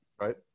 Right